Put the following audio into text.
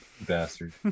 Bastard